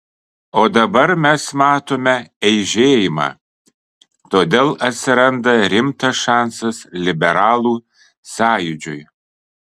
o dabar mes matome eižėjimą todėl atsiranda rimtas šansas liberalų sąjūdžiui